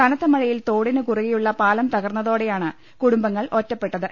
കനത്ത മഴയിൽ തോടിന് കുറുകെയുള്ള പാലംതകർന്നതോടെയാണ് കുടുംബങ്ങൾ ഒറ്റപ്പെട്ടത്